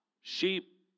Sheep